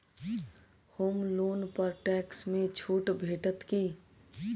होम loan पर tax मे छुट भेटत की